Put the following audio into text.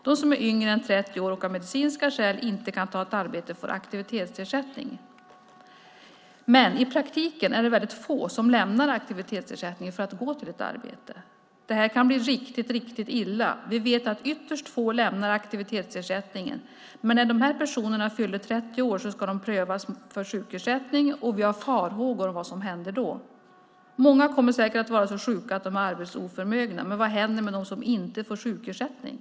De som är yngre än 30 år och av medicinska skäl inte kan ta ett arbete får aktivitetsersättning." Vidare står det: "Men i praktiken är det få som lämnar aktivitetsersättningen för att gå till ett arbete. Det här kan bli riktigt riktigt illa. Vi vet att ytterst få lämnar aktivitetsersättningen, men när de här personerna fyller trettio ska de prövas för sjukersättning och vi har farhågor om vad som händer då. Många kommer säkert att vara så sjuka att de är arbetsoförmögna, men vad händer med dem som inte får sjukersättning?"